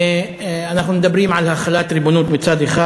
אנחנו מדברים על החלת ריבונות מצד אחד.